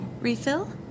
Refill